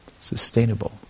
sustainable